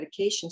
medications